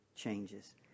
changes